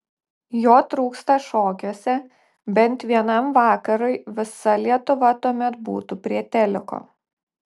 jo trūksta šokiuose bent vienam vakarui visa lietuva tuomet būtų prie teliko